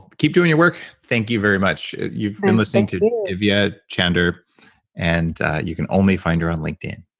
keep doing your work. thank you very much. you've been listening to a divya chander and you can only find her on linkedin